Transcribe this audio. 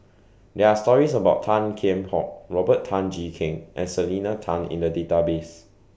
There Are stories about Tan Kheam Hock Robert Tan Jee Keng and Selena Tan in The Database